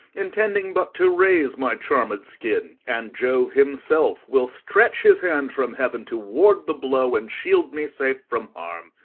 intending but to raze my charmed skin, and jove himself will stretch his hand from heaven to ward the blow, and shield me safe from harm.